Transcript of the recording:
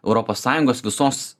europos sąjungos visos